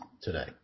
today